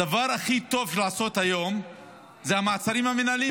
הדבר הכי טוב לעשות היום זה המעצרים המינהליים